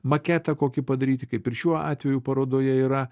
maketą kokį padaryti kaip ir šiuo atveju parodoje yra